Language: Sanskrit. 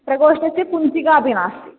प्रकोष्ठस्य कुञ्चिका अपि नास्ति